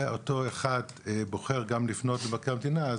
ואותו אחד בוחר לפנות גם למבקר המדינה,